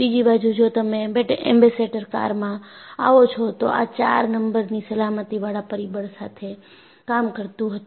બીજી બાજુ જો તમે એમ્બેસેડર કારમાં આવો છો તો આ 4 નંબર ની સલામતી વાળા પરિબળ સાથે કામ કરતું હતું